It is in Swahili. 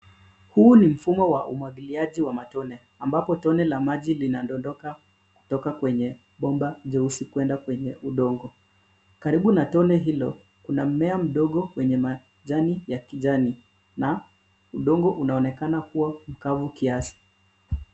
Huu ni mfumo wa umwagiliaji wa matone ambapo tone la maji linadondoka kutoka kwenye bomba jeusi kuenda kwenye udongo. Karibu na tone hilo, kuna mmea mdogo wenye majani ya kijani na udongo unaonekana kuwa mkavu kiasi.